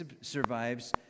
survives